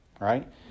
Right